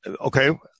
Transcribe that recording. okay